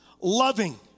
loving